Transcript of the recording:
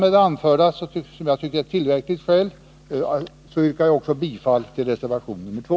Med det anförda, som jag tycker är tillräckligt skäl, yrkar jag också bifall till reservation nr 2.